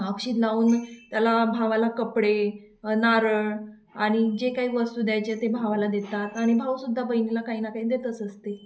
औक्षित लावून त्याला भावाला कपडे नारळ आणि जे काही वस्तू द्यायचे ते भावाला देतात आणि भाऊ सुद्धा बहिणीला काही ना काही देतच असते